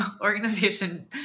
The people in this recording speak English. organization